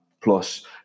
plus